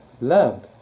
love